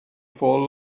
for